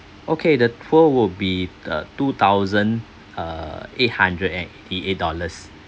okay the tour will be uh two thousand uh eight hundred and eight eight dollars